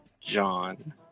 John